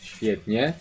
Świetnie